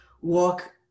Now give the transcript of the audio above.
walk